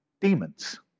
demons